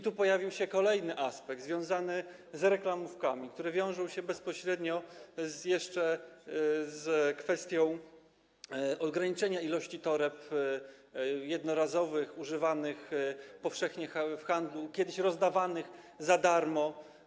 Tu pojawił się kolejny aspekt, związany z reklamówkami, które wiążą się bezpośrednio jeszcze z kwestią ograniczenia ilości toreb jednorazowych powszechnie używanych w handlu, kiedyś rozdawanych za darmo.